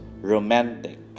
romantic